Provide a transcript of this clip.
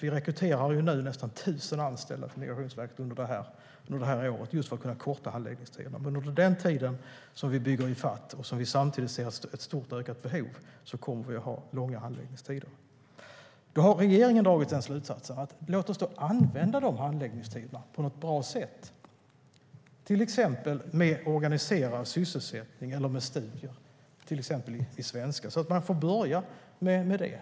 Under det här året rekryterar vi nästan 1 000 anställda till Migrationsverket, just för att kunna korta handläggningstiderna. Under den tid som vi bygger i fatt och samtidigt ser ett stort ökat behov kommer vi att ha långa handläggningstider. Regeringen har dragit slutsatsen att vi ska använda handläggningstiderna på ett bra sätt, till exempel organiserad sysselsättning eller studier i svenska, så att man får börja med det.